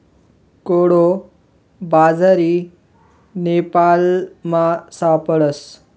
कोडो बाजरी नेपालमा सापडस